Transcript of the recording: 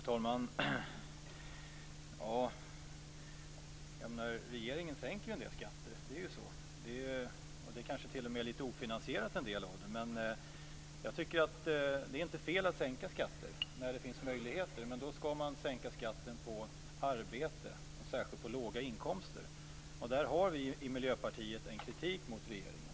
Fru talman! Regeringen sänker en del skatter. En del är kanske t.o.m. ofinansierade. Jag tycker inte att det är fel att sänka skatter när det finns möjligheter, men då skall man sänka skatten på arbete, särskilt på låga inkomster. Där har vi i Miljöpartiet en kritik mot regeringen.